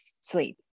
sleep